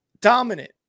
dominant